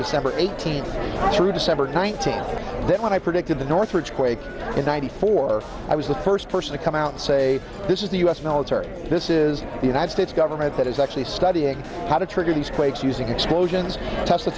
december eighteenth through december nineteenth when i predicted the northridge quake in ninety four i was the first person to come out and say this is the u s military this is the united states government that is actually studying how to trigger these quakes using explosions